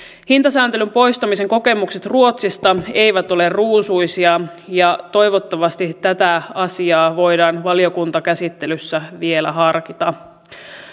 hintasääntelyn poistamisen kokemukset ruotsista eivät ole ruusuisia ja toivottavasti tätä asiaa voidaan valiokuntakäsittelyssä vielä harkita